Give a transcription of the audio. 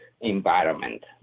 environment